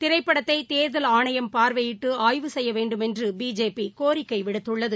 திரைப்படத்தை தேர்தல் ஆணையம் பார்வையிட்டு ஆய்வு செய்யவேண்டும் என்று பிஜேபி கோரிக்கை விடுத்துள்ளது